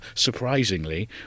surprisingly